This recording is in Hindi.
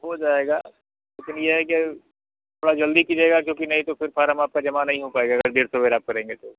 हो जाएगा लेकिन ये है कि थोड़ा जल्दी कीजिएगा क्योंकि नहीं तो फिर फारम आपका जमा नहीं हो पाएगा अगर देर सवेर आप करेंगे तो